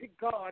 God